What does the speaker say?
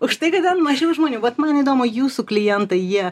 už tai kad ten mažiau žmonių bet man įdomu jūsų klientai jie